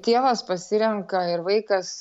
tėvas pasirenka ir vaikas